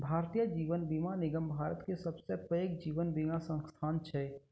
भारतीय जीवन बीमा निगम भारत के सबसे पैघ जीवन बीमा संस्थान छै